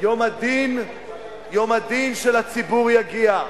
יום הדין של הציבור יגיע,